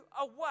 away